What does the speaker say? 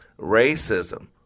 Racism